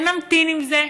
נמתין עם זה,